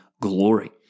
glory